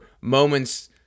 moments